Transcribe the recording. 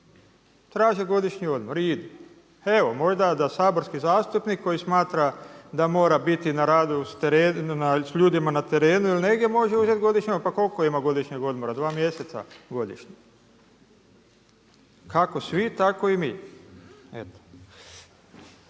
si godišnji odmor i idu. Evo možda da saborski zastupnik koji smatra da mora biti na radu s ljudima na terenu ili negdje može uzeti godišnji odmor. Pa koliko ima godišnjeg odbora, 2 mjeseca godišnje? Kako svi tako i mi.